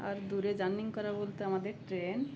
আর দূরে জার্নি করা বলতে আমাদের ট্রেন